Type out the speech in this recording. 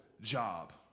job